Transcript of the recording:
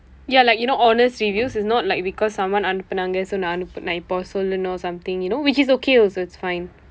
ya like you know honest reviews it's not like because someone அனுப்புனாங்க:anuppunaanga so நான் அனுப்ப நான் இப்போ சொல்லனும்:naan anuppa naan ippoo sollanum something you know which is okay also it's fine